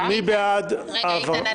איתן,